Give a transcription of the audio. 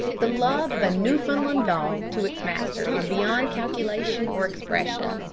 the love of a newfoundland dog to its master is beyond calculation or expression.